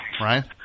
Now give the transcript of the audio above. Right